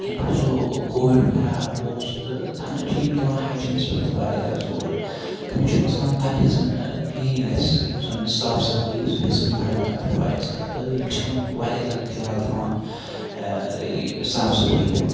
یَنہِ پیٹھٕ سُہ کووِڈ وَغیرہ اوس تہٕ تَنہٕ چھِ یِم دِوان ہایجیٖنَس پیٹھ تہِ واریاہ زیادٕ زور تہٕ مےٚ چھُ باسان تَنہٕ ہیٚژٕن کِلینلِنیٚس یُس زَن صاف صَفٲیی سُہ ہیٚژٕن بَڑٕنۍ تَنہٕ پیٹھٕ واریاہ زیادٕ تہٕ یِم چھِ وۄنۍ واریاہ زیادٕ خَیال تھاوان صاف صَفٲیی ہُنٛد